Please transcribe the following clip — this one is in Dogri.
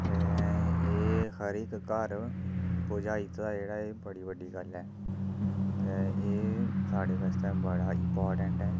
ते एह् हर इक घर पुजाई बड़ी बड्डी गल्ल ऐ ते एह् साढ़े बास्तै बड़ा इंपार्टैंट ऐ